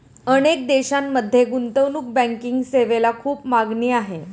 अनेक देशांमध्ये गुंतवणूक बँकिंग सेवेला खूप मागणी आहे